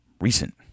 recent